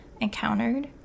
encountered